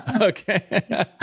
Okay